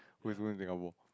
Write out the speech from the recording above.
who's going to Singapore